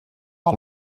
del